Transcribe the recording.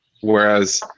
whereas